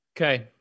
Okay